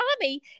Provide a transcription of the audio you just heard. Tommy